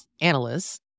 Analysts